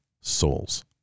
souls